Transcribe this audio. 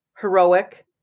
heroic